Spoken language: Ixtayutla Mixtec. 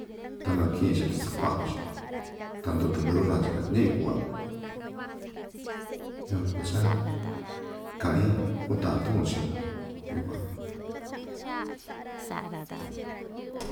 Ta naki'in‑chi ta sakua'nu‑chi ta nduu‑tɨ ndɨvɨ ranchu ña‑iin ku'va kuu yukuan kuu cha ka'in uu ta'an tu'un chii‑ndo yukuan.